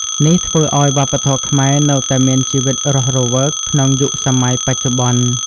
នេះធ្វើឲ្យវប្បធម៌ខ្មែរនៅតែមានជីវិតរស់រវើកក្នុងយុគសម័យបច្ចុប្បន្ន។